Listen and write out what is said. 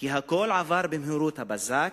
כי הכול עבר במהירות הבזק,